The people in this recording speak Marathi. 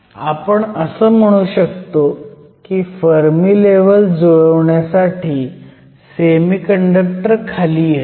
आपण असं म्हणू शकतो की फर्मी लेव्हल जुळवण्यासाठी सेमीकंडक्टर खाली येतो